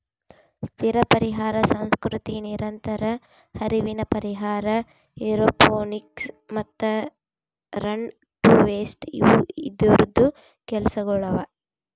ಸ್ಥಿರ ಪರಿಹಾರ ಸಂಸ್ಕೃತಿ, ನಿರಂತರ ಹರಿವಿನ ಪರಿಹಾರ, ಏರೋಪೋನಿಕ್ಸ್ ಮತ್ತ ರನ್ ಟು ವೇಸ್ಟ್ ಇವು ಇದೂರ್ದು ಕೆಲಸಗೊಳ್ ಅವಾ